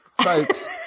Folks